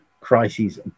crises